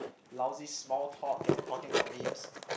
lousy small talk and talking about memes